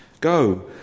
Go